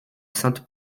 sainte